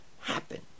happen